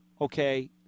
okay